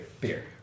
Beer